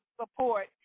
support